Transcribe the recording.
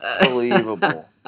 Unbelievable